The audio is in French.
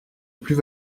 plus